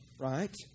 right